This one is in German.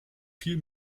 viel